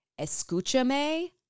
escúchame